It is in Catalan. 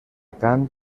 cant